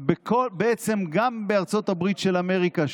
שגם בארצות הברית של אמריקה,